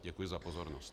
Děkuji za pozornost.